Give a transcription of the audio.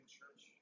church